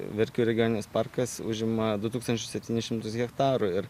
verkių regioninis parkas užima du tūkstančius septynis šimtus hektarų ir